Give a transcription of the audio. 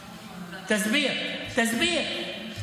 תסביר, תסביר.